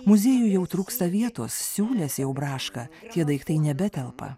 muziejui jau trūksta vietos siūles jau braška tie daiktai nebetelpa